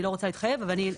אני לא רוצה להתחייב יאיר,